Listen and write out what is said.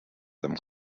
them